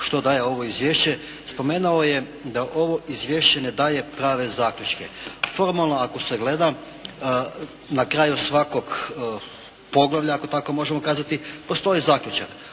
što daje ovo izvješće spomenuo je da ovo izvješće ne daje prave zaključke. Formalno ako se gleda na kraju svakog poglavlja ako tako možemo kazati postoji zaključak,